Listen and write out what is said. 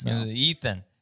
Ethan